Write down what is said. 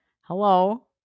Hello